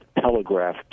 telegraph